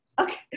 Okay